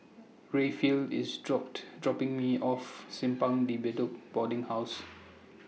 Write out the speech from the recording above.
Rayfield IS dropped dropping Me off Simpang De Bedok Boarding House